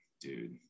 dude